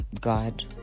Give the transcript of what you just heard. God